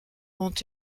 ont